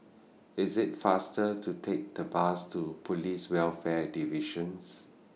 IS IT faster to Take The Bus to Police Welfare Divisions